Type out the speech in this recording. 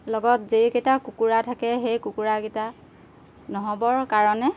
লগত যিকেইটা কুকুৰা থাকে সেই কুকুৰাকেইটা নহ'বৰ কাৰণে